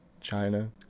China